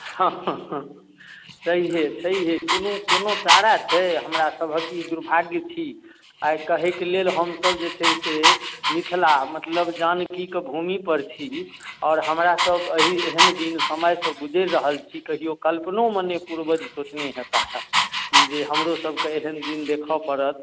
हाँ हाँ छैहे छैहे कोनो कोनो चारा छै हमरा सभक ई दुर्भाग्य छी आइ कहैके लेल हमसभ जे छै से मिथिला मतलब जानकी कऽ भूमि पर छी आओर हमरा कहु एहि एहन दिन समयसँ गुजरि रहल छी कहियो कल्पनोमे नहि पूर्वज सोचने होयता जे हमरो सभकऽ एहन दिन देखऽ पड़त